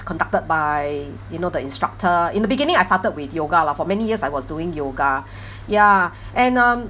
conducted by you know the instructor in the beginning I started with yoga lah for many years I was doing yoga ya and um